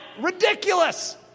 ridiculous